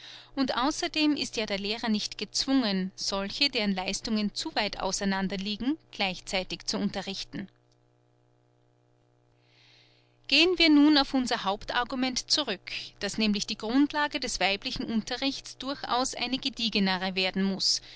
und außerdem ist ja der lehrer nicht gezwungen solche deren leistungen zu weit auseinander liegen gleichzeitig zu unterrichten gehen wir nun auf unser hauptargument zurück daß nämlich die grundlage des weiblichen unterrichts durchaus eine gediegenere werden muß